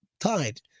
tied